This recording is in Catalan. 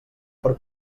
per